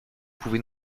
pouvait